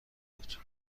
بود